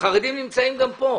החרדים נמצאים גם כאן.